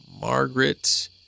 Margaret